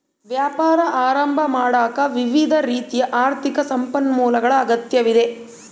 ವ್ಯಾಪಾರ ಆರಂಭ ಮಾಡಾಕ ವಿವಿಧ ರೀತಿಯ ಆರ್ಥಿಕ ಸಂಪನ್ಮೂಲಗಳ ಅಗತ್ಯವಿದೆ